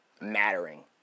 mattering